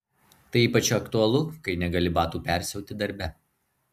tai ypač aktualu kai negali batų persiauti darbe